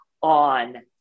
on